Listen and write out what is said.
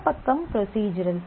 இந்த பக்கம் ப்ரொஸிஜுரல்